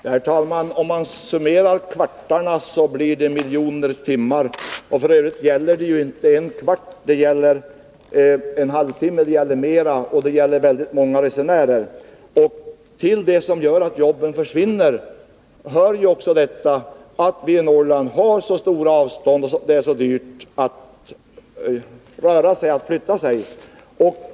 Herr talman! Om man summerar kvartarna, blir det miljoner timmar. F. ö. gäller det inte en kvart, utan mer än en halvtimme. Och det är fråga om många resenärer. Till det som gör att jobben försvinner hör att vi i Norrland har så stora avstånd och det är så dyrt att resa.